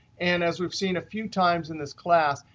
and as we've seen a few times in this class,